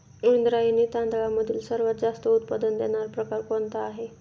इंद्रायणी तांदळामधील सर्वात जास्त उत्पादन देणारा प्रकार कोणता आहे?